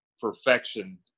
perfection